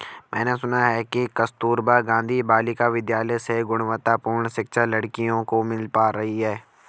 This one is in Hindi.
मैंने सुना है कि कस्तूरबा गांधी बालिका विद्यालय से गुणवत्तापूर्ण शिक्षा लड़कियों को मिल पा रही है